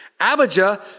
Abijah